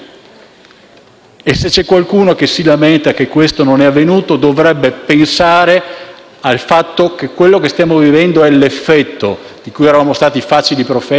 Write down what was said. Se c'è qualcuno che si lamenta che questo non è avvenuto, dovrebbe pensare al fatto che quello che stiamo vivendo è l'effetto, di cui eravamo stati facili profeti,